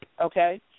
okay